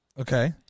Okay